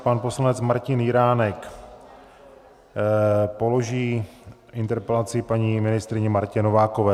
Pan poslanec Martin Jiránek položí interpelaci paní ministryni Martě Novákové.